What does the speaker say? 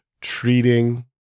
treating